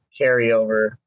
carryover